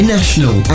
National